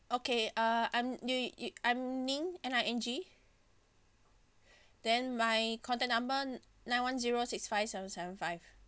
okay uh I'm y~ y~ I'm ning N I N G then my contact number nine one zero six five seven seven five